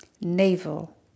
Navel